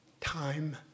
time